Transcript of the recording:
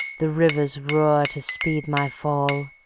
the rivers roar to speed my fall.